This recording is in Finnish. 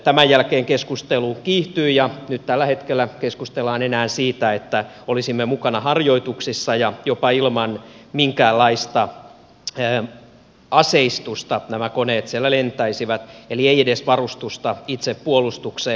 tämän jälkeen keskustelu kiihtyi ja nyt tällä hetkellä keskustellaan enää siitä että olisimme mukana harjoituksissa ja jopa ilman minkäänlaista aseistusta nämä koneet siellä lentäisivät eli ei olisi edes varustusta itsepuolustukseen